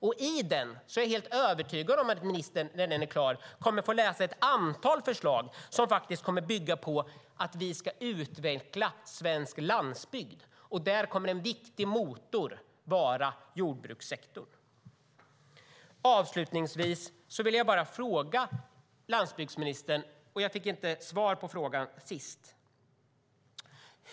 När den är klar är jag helt övertygad om att ministern kommer att få läsa ett antal förslag som faktiskt kommer att bygga på att vi ska utveckla svensk landsbygd. Där kommer en viktig motor att vara jordbrukssektorn. Avslutningsvis vill jag ställa en fråga till landsbygdsministern som jag inte fick svar på tidigare.